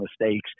mistakes